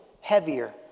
heavier